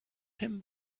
him